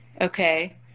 Okay